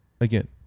again